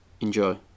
Enjoy